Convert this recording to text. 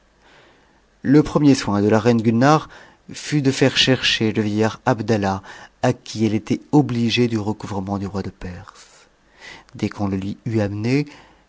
le premier soin de la reine gulnare fut de faire chercher le vieillard abdallah à qui elle était obligée du recouvrement du roi de perse dès qu'on le lui eut amené